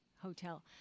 hotel